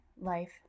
life